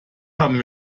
haben